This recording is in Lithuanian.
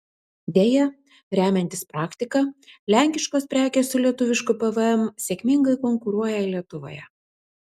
deja remiantis praktika lenkiškos prekės su lietuvišku pvm sėkmingai konkuruoja lietuvoje